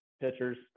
pitchers